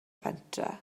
pentre